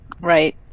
Right